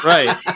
Right